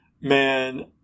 man